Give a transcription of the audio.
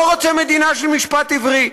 לא רוצה מדינה של משפט עברי,